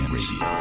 Radio